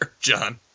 John